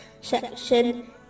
section